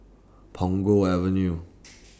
Punggol Avenue